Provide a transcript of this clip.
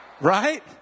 Right